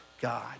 God